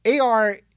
AR